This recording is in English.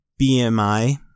BMI